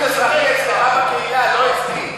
על שירות אזרחי אצלך בקהילה, לא אצלי.